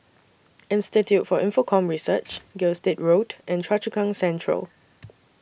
Institute For Infocomm Research Gilstead Road and Choa Chu Kang Central